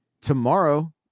tomorrow